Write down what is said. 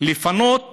לפנות